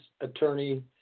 attorney